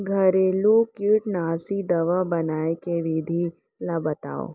घरेलू कीटनाशी दवा बनाए के विधि ला बतावव?